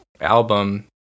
album